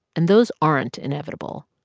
and those aren't inevitable.